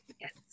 yes